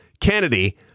Kennedy